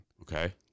Okay